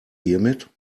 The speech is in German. hiermit